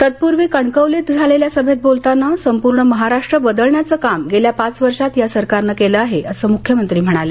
तत्पूर्वी कणकवलीत झालेल्या सभेत बोलताना संपूर्ण महाराष्ट्र बदलण्याचं काम गेल्या पाच वर्षात या सरकारनं केलं आहे असं मुख्यमंत्री म्हणाले